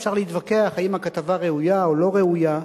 אפשר להתווכח אם הכתבה ראויה או לא ראויה.